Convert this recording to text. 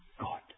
God